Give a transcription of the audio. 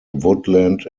woodland